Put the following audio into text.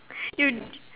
you